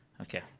Okay